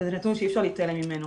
וזה נתון שאי אפשר להתעלם ממנו.